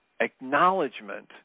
acknowledgement